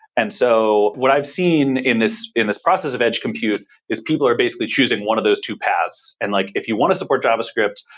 and so, what i've seen in this in this process of edge compute is people are basically choosing one of those two paths. and like if you want to support javascript,